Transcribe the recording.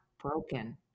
broken